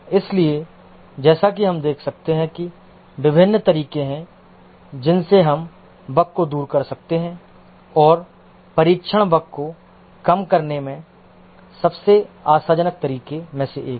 इसलिए जैसा कि हम देख सकते हैं कि विभिन्न तरीके हैं जिनसे हम बग को दूर कर सकते हैं और परीक्षण बग को कम करने के सबसे आशाजनक तरीकों में से एक है